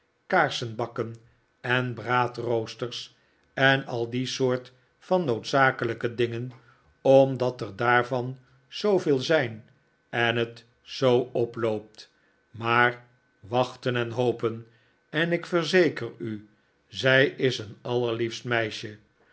keukengerei kaarsenbakken en braadroosters en al die soort van noodzakelijke dingen omdat er daarvan zooveel zijn en het zoo oploopt maar wachten en hopen en ik verzeker u zij is een allerliefst meisje